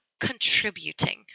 contributing